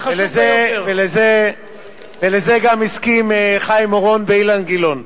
ולזה גם הסכימו חיים אורון ואילן גילאון,